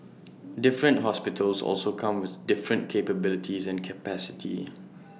different hospitals also come with different capabilities and capacity